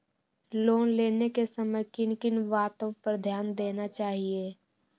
Loan लेने के समय किन किन वातो पर ध्यान देना चाहिए?